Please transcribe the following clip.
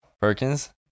Perkins